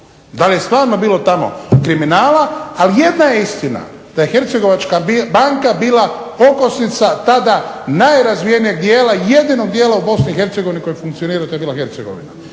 Da li je stvarno bilo tamo kriminala, ali jedna je istina, da je hercegovačka banka bila okosnica tada najrazvijenijeg dijela, jedinog dijela u Bosni i Hercegovini koji je funkcionirao, to je bila Hercegovina.